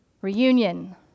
Reunion